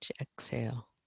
exhale